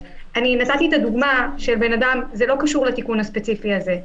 נתתי דוגמה שלא קשורה לתיקון הספציפי הזה,